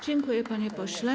Dziękuję, panie pośle.